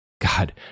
God